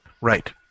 right